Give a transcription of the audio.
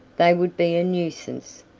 they would be a nuisance,